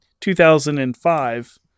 2005